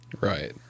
Right